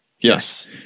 Yes